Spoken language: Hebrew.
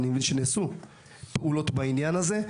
אני מבין שנעשו פעולות בעניין הזה.